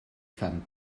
femme